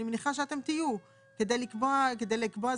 אני מניחה שאתם תהיו כדי לקבוע זכאות,